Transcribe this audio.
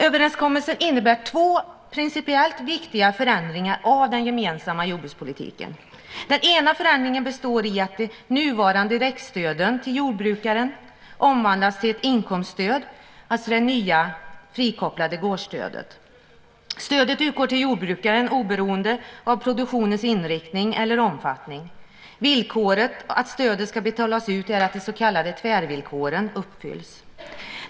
Överenskommelsen innebär två principiellt viktiga förändringar av den gemensamma jordbrukspolitiken. Den ena förändringen består i att de nuvarande växtstöden till jordbrukaren omvandlas till ett inkomststöd, alltså det nya, frikopplade gårdsstödet. Stödet utgår till jordbrukaren oberoende av produktionens inriktning eller omfattning. Villkoret för att stödet ska betalas ut är att de så kallade tvärvillkoren uppfylls.